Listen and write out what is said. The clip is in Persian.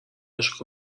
اشک